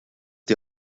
die